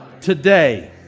today